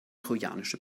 trojanische